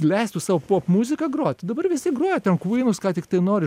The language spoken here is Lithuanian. leistų sau popmuziką grot dabar visi groja ten kvynus ką tiktai nori